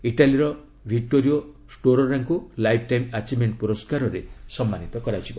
ଇଟାଲୀର 'ଭିଟ୍ଟୋରିଓ ଷ୍ଟୋରାରୋ'ଙ୍କୁ lifetime achievement ପୁରସ୍କାରେ ସମ୍ମାନିତ କରାଯିବ